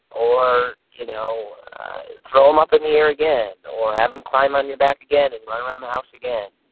or you know throw them up in the air again or having climb on your back again and run around the house again,